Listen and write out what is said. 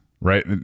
right